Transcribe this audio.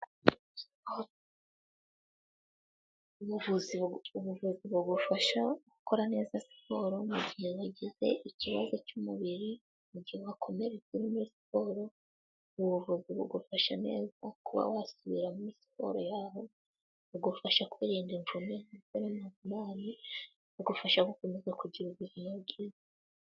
Ubuzi bugufasha gukora neza siporo mu gihe wagize ikibazo cy'umubiri, mu gihe wakomeretse uri muri siporo. Ubuvuzi bugufasha neza kuba wasubira muri siporo yabo, bugufasha kwirinda imvune n'amavunane, bugufasha gukomeza kugira ubuzima bwiza.